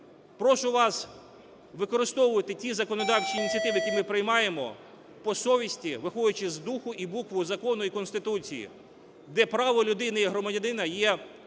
Прошу вас, використовуйте ті законодавчі ініціативи, які ми приймаємо, по совісті, виходячи з духу і букви закону і Конституції, де право людини і громадянина є